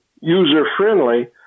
user-friendly